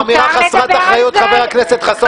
זאת אמירה חסרת אחריות, חבר הכנסת חסון.